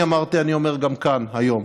אני אמרתי, אני אומר גם כאן היום: